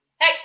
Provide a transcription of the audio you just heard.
Hey